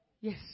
Yes